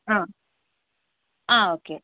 ആ ആ ഓക്കെ